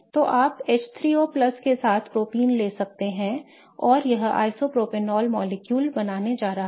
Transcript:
तो आप H3O के साथ propene ले सकते हैं और यह आइसोप्रोपेनॉल अणु बनाने जा रहा है